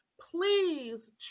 please